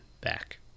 back